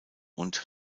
und